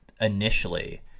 initially